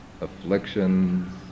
afflictions